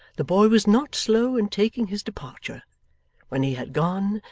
the boy was not slow in taking his departure when he had gone,